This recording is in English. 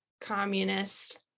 communist